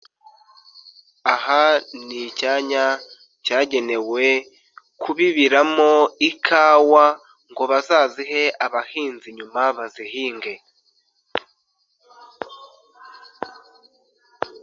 Aha ni icyanya cyagenewe kubibiramo ikawa ngo bazazihe abahinzi nyuma bazihinge.